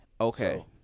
Okay